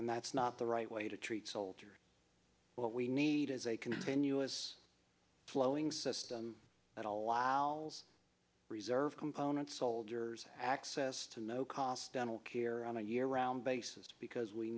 and that's not the right way to treat soldiers what we need is a continuous flowing system that allow reserve components soldiers access to no cost dental care on a year round basis because we